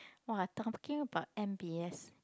!wah! taking about m_b_s